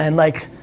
and like,